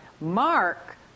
Mark